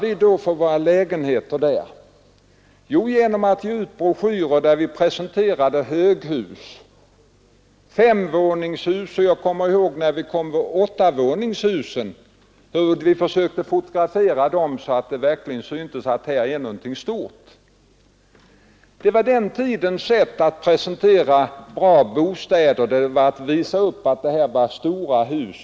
Jag tycker att vi därmed kompletterar den arsenal av hjälpmedel som vi har för att förbättra inom bostadssektorn. Jag skall avstå från att nämnvärt gå in på en diskussion om kostnadssidan. Vi har självfallet i dag som tidigare anledning att uppfatta hyrorna som höga.